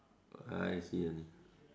oh I see